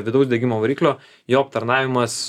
vidaus degimo variklio jo aptarnavimas